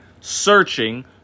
searching